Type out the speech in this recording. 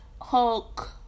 Hulk